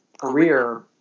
career